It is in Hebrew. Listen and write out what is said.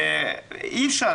ואי-אפשר,